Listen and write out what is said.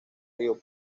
río